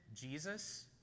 Jesus